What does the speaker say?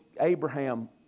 Abraham